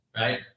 Right